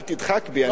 אל תדחק בי,